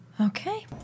Okay